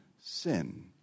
sin